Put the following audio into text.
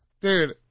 dude